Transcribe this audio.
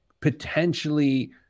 potentially